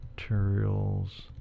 Materials